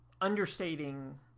understating